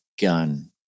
gun